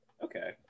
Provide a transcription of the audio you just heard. okay